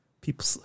people